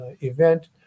event